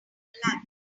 latter